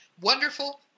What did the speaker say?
wonderful